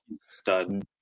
stud